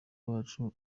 wacu